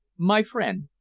my friend,